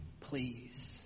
please